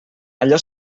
allò